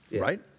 right